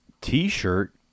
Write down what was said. t-shirt